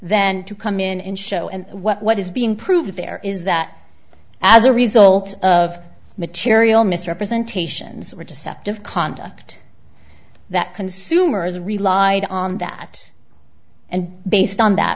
then to come in and show and what what is being proved there is that as a result of material misrepresentations or deceptive conduct that consumers relied on that and based on that